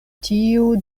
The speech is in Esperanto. tiu